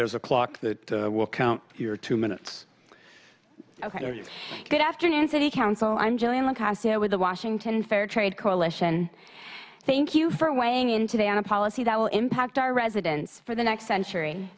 there's a clock that will count your two minutes ok good afternoon city council i'm julia with the washington fair trade coalition thank you for weighing in today on a policy that will impact our residents for the next century